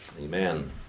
Amen